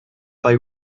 bei